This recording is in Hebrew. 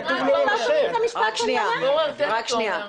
רק שנייה, רק שנייה.